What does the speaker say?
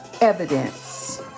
Evidence